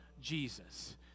Jesus